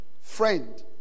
friend